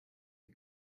die